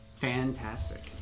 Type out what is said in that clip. Fantastic